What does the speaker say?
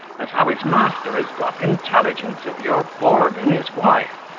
as how his master has got intelligence of your boarding his wife,